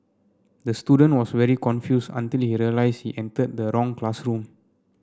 the student was very confused until he realised he entered the wrong classroom